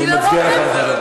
אני לא, אני מצדיע לך בחזרה.